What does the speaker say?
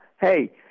Hey